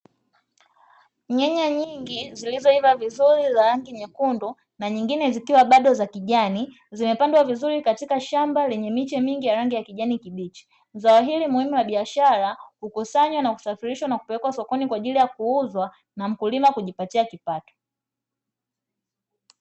Nyanya nyingi zilizoiva vizuri za rangi nyekundu na nyingine zikiwa bado za kijani, zimepandwa vizuri katika shamba lenye kijani kibichi. Zao hili muhimu la biashara hukusanywa na kupelekwa sokoni kwa ajili ya kuuzwa na mkulima kijipatia kipato.